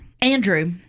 Andrew